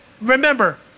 remember